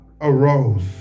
arose